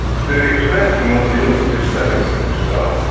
the experience in new zealand is telling in this regard.